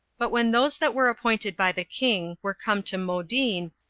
but when those that were appointed by the king were come to modin,